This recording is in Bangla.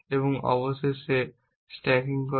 এবং অবজেক্টে স্ট্যাকিং করেন